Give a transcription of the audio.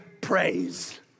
praise